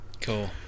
Cool